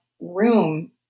room